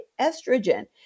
estrogen